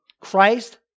Christ